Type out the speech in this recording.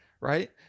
Right